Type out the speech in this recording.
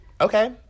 Okay